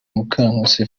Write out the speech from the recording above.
mukankusi